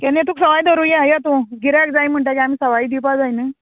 केन्न तूं सवाय धरूय येतूं गिर्याक जाय म्हणटगीर आमी सवाय दिवपा जाय न्हू